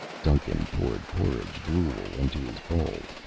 duncan poured porridge gruel into his bowl,